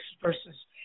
versus